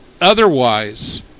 otherwise